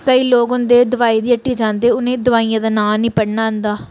केईं लोक होंदे दवाई दी ह्ट्टी जांदे उ'नेंगी दवाइयें दा नांऽ नी पढ़ना आंदा